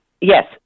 Yes